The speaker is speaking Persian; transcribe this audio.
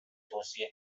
توصیه